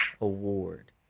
award